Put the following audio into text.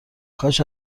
کاش